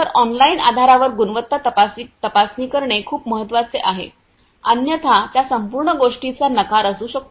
तर ऑनलाइन आधारावर गुणवत्ता तपासणी करणे खूप महत्वाचे आहे अन्यथा त्या संपूर्ण गोष्टीचा नकार असू शकतो